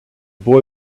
boy